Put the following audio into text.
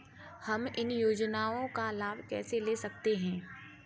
हम इन योजनाओं का लाभ कैसे ले सकते हैं?